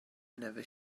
never